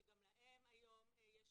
שגם להם היום יש